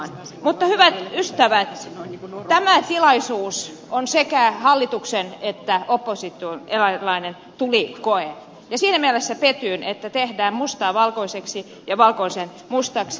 mutta hyvät ystävät tämä tilaisuus on sekä hallituksen että opposition eräänlainen tulikoe ja siinä mielessä petyin että tehdään mustaa valkoiseksi ja valkoista mustaksi